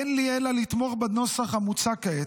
אין לי אלא לתמוך בנוסח המוצע כעת,